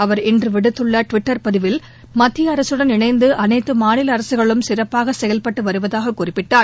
அவர் இன்று விடுத்துள்ள டுவிட்டர் செய்தியில் மத்திய அரசுடன் இணைந்து அனைத்து மாநில அரசுகளும் சிறப்பாக செயல்பட்டு வருவதாக குறிப்பிட்டார்